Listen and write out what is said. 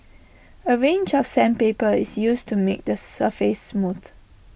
A range of sandpaper is used to make the surface smooth